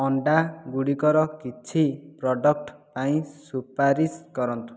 ଅଣ୍ଡା ଗୁଡ଼ିକର କିଛି ପ୍ରଡ଼କ୍ଟ୍ ପାଇଁ ସୁପାରିଶ କରନ୍ତୁ